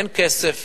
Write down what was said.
אין כסף